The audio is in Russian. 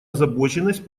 озабоченность